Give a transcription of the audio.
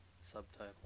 subtitle